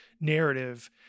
narrative